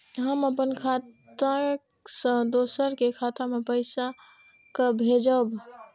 हम अपन खाता से दोसर के खाता मे पैसा के भेजब?